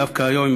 דווקא היום,